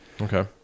Okay